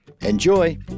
Enjoy